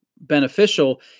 beneficial